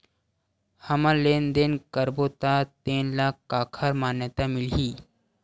हमन लेन देन करबो त तेन ल काखर मान्यता मिलही?